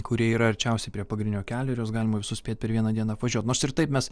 kurie yra arčiausiai prie pagrindinio kelio ir juos galima suspėt per vieną dieną apvažiuot nors ir taip mes